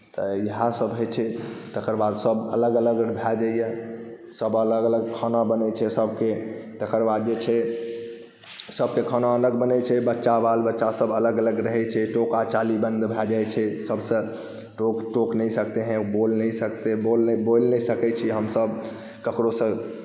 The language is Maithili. तऽ इएहसभ होइत छै तकर बाद सभ अलग अलग भए जाइए सभ अलग अलग खाना बनैत छै सभके तकर बाद जे छै सभके खाना अलग बनैत छै बच्चा बाल बच्चासभ अलग अलग रहैत छै टोका चाली बन्द भए जाइत छै सभसँ टोक नहीं सकते हैं बोल नहीं सकते बोल नहि सकैत छी हमसभ ककरहुसँ